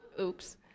oops